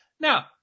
Now